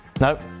Nope